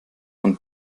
von